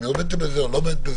אם היא עומדת בזה או לא.